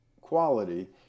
quality